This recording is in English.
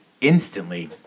instantly